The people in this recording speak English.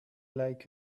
like